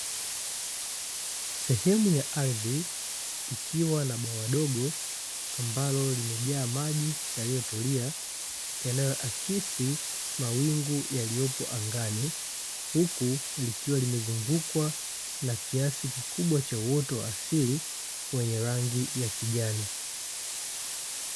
Sehemu ya ardhi, ikiwa na bwawa dogo ambalo limejaa maji yaliyotulia, yanayoakisi mawingu yaliyopo angani, huku likiwa limezungukwa na kiasi kikubwa cha uoto wa asili, wenye rangi ya kijani.